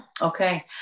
Okay